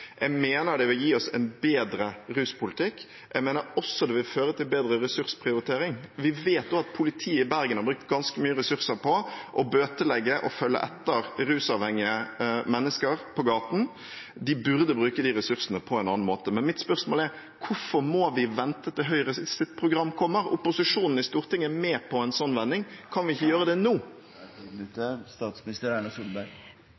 Jeg mener det vil gi oss en bedre ruspolitikk. Jeg mener også det vil føre til bedre ressursprioritering. Vi vet jo at politiet i Bergen har brukt ganske mye ressurser på å bøtelegge og følge etter rusavhengige mennesker på gaten. De burde bruke de ressursene på en annen måte. Mitt spørsmål er: Hvorfor må vi vente til Høyres program kommer? Opposisjonen i Stortinget er med på en slik vending. Kan vi ikke gjøre det nå?